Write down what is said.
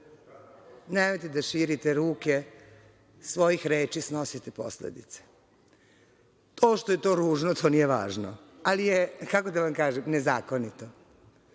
Nemojte da širite ruke. Svojih reči snosite posledice. To što je to ružno to nije važno, ali je, kako da vam kažem, nezakonito.